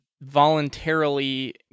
Voluntarily